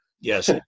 yes